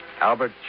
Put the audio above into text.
Albert